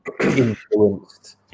influenced